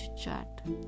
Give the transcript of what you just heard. chat